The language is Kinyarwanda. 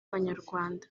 abanyarwanda